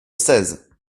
seize